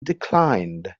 declined